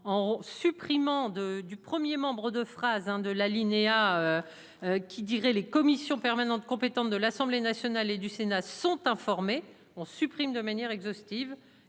en supprimant de du 1er membre de phrase hein de l'alinéa. Qui diraient les commissions permanentes compétentes de l'Assemblée nationale et du Sénat sont informés, on supprime de manière exhaustive